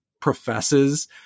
professes